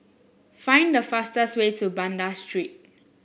find the fastest way to Banda Street